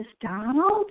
Donald